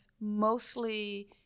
mostly